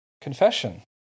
confession